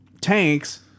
tanks